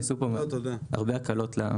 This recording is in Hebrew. ניתנו הרבה הקלות.